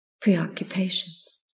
preoccupations